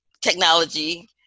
technology